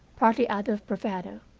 partly out of bravado,